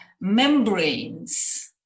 membranes